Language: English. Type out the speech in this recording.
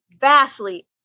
vastly